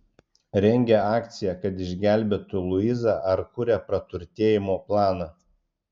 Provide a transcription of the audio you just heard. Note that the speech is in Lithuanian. rengia akciją kad išgelbėtų luizą ar kuria praturtėjimo planą